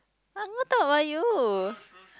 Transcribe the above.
I'm gonna talk about you